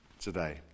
today